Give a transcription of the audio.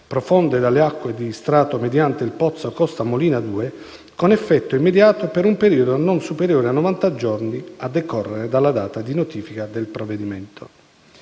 profonde delle acque di strato mediante il pozzo «Costa Molina 2» con effetto immediato e per un periodo non superiore a novanta giorni, a decorrere dalla data di notifica del provvedimento.